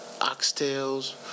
oxtails